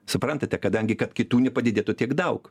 suprantate kadangi kad kitų nepadidėtų tiek daug